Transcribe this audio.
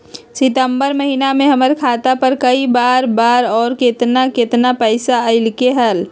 सितम्बर महीना में हमर खाता पर कय बार बार और केतना केतना पैसा अयलक ह?